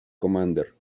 commander